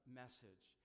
message